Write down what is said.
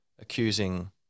accusing